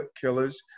killers